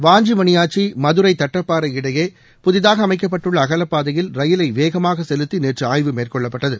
வாஞ்சி மணியாச்சி மதுரை தட்டப்பாறை இடையே புதிதாக அமைக்கப்பட்டுள்ள அகலப்பாதையில் ரயிலை வேகமாக செலுத்தி நேற்று ஆய்வு மேற்கொள்ளப்பட்டது